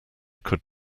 could